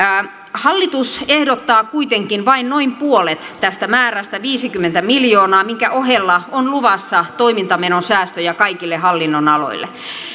hallitus ehdottaa kuitenkin vain noin puolet tästä määrästä viisikymmentä miljoonaa minkä ohella on luvassa toimintamenosäästöjä kaikille hallinnonaloille